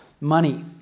Money